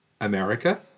America